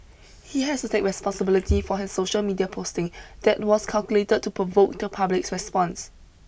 he has to take responsibility for his social media posting that was calculated to provoke the public's response